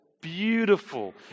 beautiful